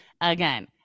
again